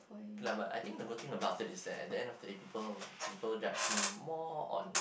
clever I think the good thing about it is that at the end of the day people people judge me more on